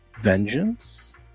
vengeance